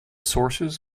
sources